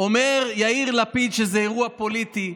אומר יאיר לפיד שזה אירוע פוליטי,